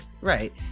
Right